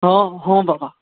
हॅं हॅं बाबा